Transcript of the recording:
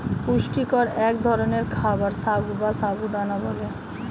পুষ্টিকর এক ধরনের খাবার সাগু বা সাবু দানা বলে